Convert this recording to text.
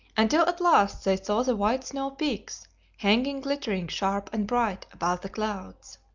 until at last they saw the white snow peaks hanging glittering sharp and bright above the clouds.